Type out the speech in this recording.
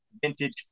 Vintage